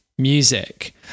music